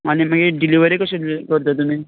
आनी मागीर डिलिवरी कशी करता तुमी